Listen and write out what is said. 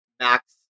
Max